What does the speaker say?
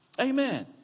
Amen